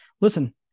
Listen